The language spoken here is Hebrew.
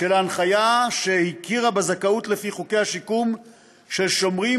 של ההנחיה שהכירה בזכאות לפי חוקי השיקום של שומרים